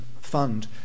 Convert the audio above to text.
fund